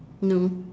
no